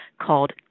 called